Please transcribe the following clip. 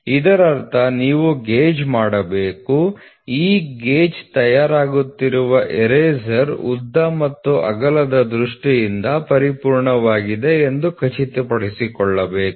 ಇದರರ್ಥ ನೀವು ಗೇಜ್ ಮಾಡಬೇಕು ಈ ಗೇಜ್ ತಯಾರಾಗುತ್ತಿರುವ ಎರೇಸರ್ ಉದ್ದ ಮತ್ತು ಅಗಲದ ದೃಷ್ಟಿಯಿಂದ ಪರಿಪೂರ್ಣವಾಗಿದೆ ಎಂದು ಖಚಿತಪಡಿಸಿಕೊಳ್ಳಬೇಕು